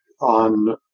on